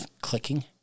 clicking